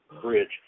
bridge